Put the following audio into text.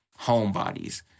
homebodies